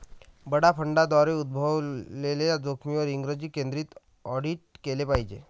बडा फंडांद्वारे उद्भवलेल्या जोखमींवर इंग्रजी केंद्रित ऑडिट केले पाहिजे